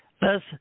Thus